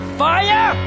fire